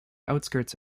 outskirts